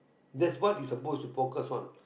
that's what you supposed to focus on